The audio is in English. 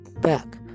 back